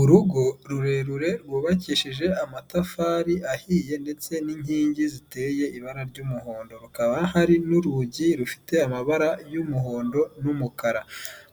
Urugo rurerure rwubakishije amatafari ahiye, ndetse n'inkingi ziteye ibara ry'umuhondo, hakaba hari n'urugi rufite amabara y'umuhondo n'umukara.